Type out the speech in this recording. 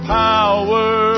power